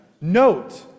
note